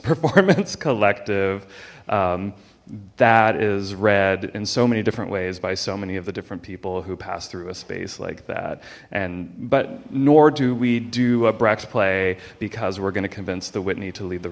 performance collective that is read in so many different ways by so many of the different people who pass through a space like that and but nor do we do a brack splay because we're going to convince the whitney to lead the